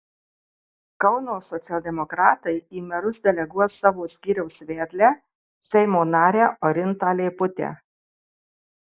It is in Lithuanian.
kauno socialdemokratai į merus deleguos savo skyriaus vedlę seimo narę orintą leiputę